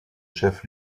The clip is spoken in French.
chef